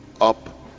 up